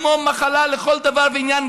זה כמו מחלה לכל דבר ועניין,